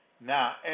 Now